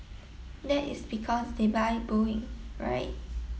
that is because they buy Boeing right